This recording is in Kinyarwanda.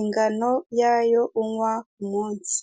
ingano yayo unywa ku munsi.